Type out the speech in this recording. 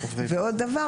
בנוסף,